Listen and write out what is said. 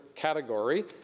Category